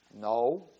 No